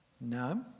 No